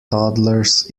toddlers